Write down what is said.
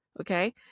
okay